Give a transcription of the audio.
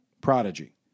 prodigy